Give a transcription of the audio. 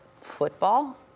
football